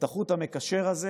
את החוט המקשר הזה